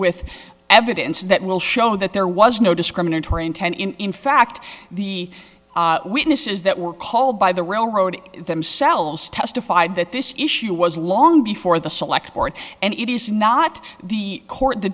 with evidence that will show that there was no discriminatory intent in fact the witnesses that were called by the railroad themselves testified that this issue was long before the select board and it is not the court the